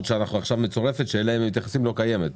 שעכשיו מצורפת ושאליה הם מתייחסים לא קיימת,